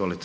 Hvala